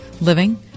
living